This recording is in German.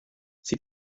sie